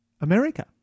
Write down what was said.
America